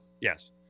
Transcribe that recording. Yes